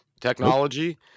technology